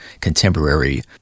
Contemporary